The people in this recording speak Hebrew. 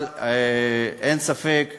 אין ספק שחאג'